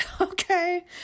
Okay